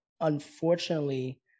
unfortunately